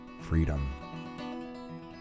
freedom